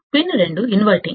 pin 2 inverting